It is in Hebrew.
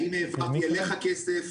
האם העברתי אליך כסף?